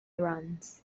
runs